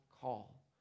call